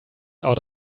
out